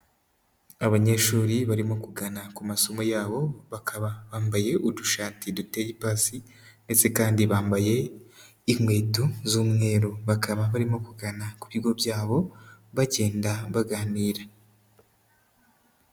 Abanyeshuri barimo kugana ku masomo yabo, bakaba bambaye udushati duteye ipasi ndetse kandi bambaye inkweto z'umweru, bakaba barimo kugana ku bigo byabo, bagenda baganira.